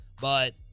but-